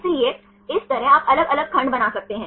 इसलिए इसी तरह आप अलग अलग खंड बना सकते हैं